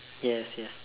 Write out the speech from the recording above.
yes yes